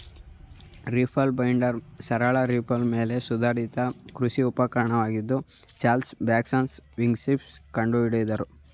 reaper binder ಸರಳ reaper ಮೇಲೆ ಸುಧಾರಿಸಿದ ಕೃಷಿ ಉಪಕರಣವಾಗಿದ್ದು ಚಾರ್ಲ್ಸ್ ಬ್ಯಾಕ್ಸ್ಟರ್ ವಿಥಿಂಗ್ಟನ್ ಕಂಡುಹಿಡಿದನು